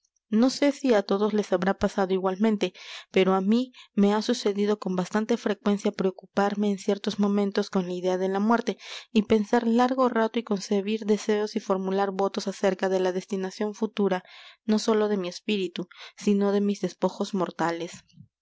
no sé si á todos les habrá pasado igualmente pero á mí me ha sucedido con bastante frecuencia preocuparme en ciertos momentos con la idea de la muerte y pensar largo rato y concebir deseos y formular votos acerca de la destinación futura no sólo de mi espíritu sino de mis despojos mortales